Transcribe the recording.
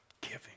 giving